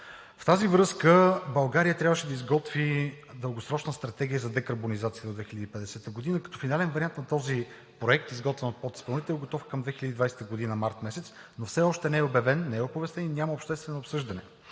В тази връзка България трябваше да изготви дългосрочна стратегия за декарбонизация до 2050 г., като финален вариант на този проект, изготвен от подизпълнител, готов към месец март 2020 г, но все още не е обявен, не е оповестен и няма обществено обсъждане.